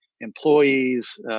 employees